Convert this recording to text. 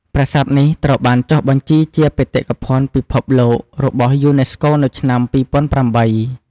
ប្រាសាទនេះត្រូវបានចុះបញ្ជីជាបេតិកភណ្ឌពិភពលោករបស់យូណេស្កូ នៅឆ្នាំ ២០០៨។